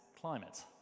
climate